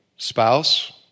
Spouse